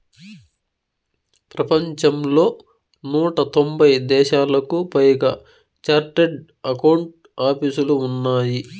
ప్రపంచంలో నూట తొంభై దేశాలకు పైగా చార్టెడ్ అకౌంట్ ఆపీసులు ఉన్నాయి